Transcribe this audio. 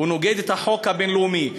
הוא נוגד את החוק הבין-לאומי.